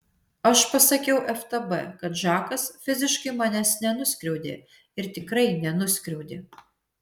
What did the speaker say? aš pasakiau ftb kad žakas fiziškai manęs nenuskriaudė ir tikrai nenuskriaudė